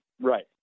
Right